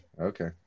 Okay